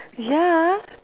ya